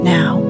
Now